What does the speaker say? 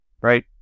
right